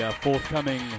forthcoming